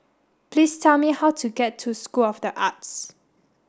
please tell me how to get to School of the Arts